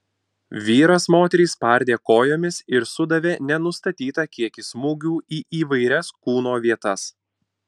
vyras moterį spardė kojomis ir sudavė nenustatytą kiekį smūgių į įvairias kūno vietas